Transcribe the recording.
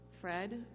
Fred